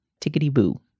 tickety-boo